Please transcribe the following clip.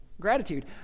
gratitude